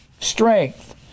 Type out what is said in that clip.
strength